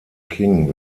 king